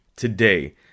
Today